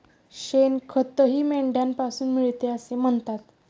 शेणखतही मेंढ्यांपासून मिळते असे म्हणतात